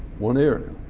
one area.